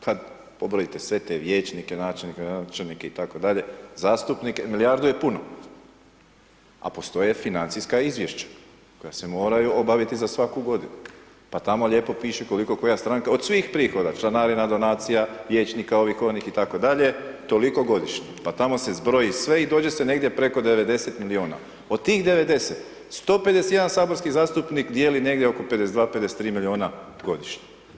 Kad pobrojite sve te vijećnike, načelnike, gradonačelnike, i tako dalje, zastupnike, milijardu je puno, a postoje financijska izvješća koja se moraju obaviti za svaku godinu, pa tamo lijepo piše koliko koja stranka od svih prihoda, članarina, donacija, vijećnika, ovih, onih i tako dalje, toliko godišnje, pa tamo se zbroji sve i dođe se negdje preko 90 milijuna, od tih 90, 151 saborski zastupnik dijeli negdje oko 52-53 milijuna godišnje.